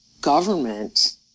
government